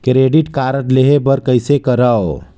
Credit card लेहे बर कइसे करव?